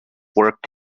worked